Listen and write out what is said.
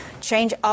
Change